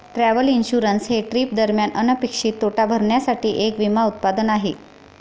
travel insurance हे trip दरम्यान अनपेक्षित तोटा भरण्यासाठी एक विमा उत्पादन आहे